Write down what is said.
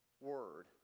Word